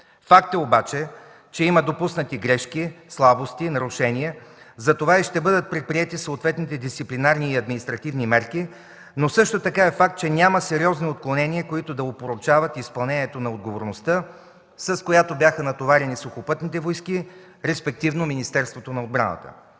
Факт е обаче, че има допуснати грешки, слабости, нарушения, затова и ще бъдат предприети съответните дисциплинарни и административни мерки, но също така е факт, че няма сериозни отклонения, които да опорочават изпълнението на отговорността, с която бяха натоварени Сухопътни войски, респективно Министерството на отбраната.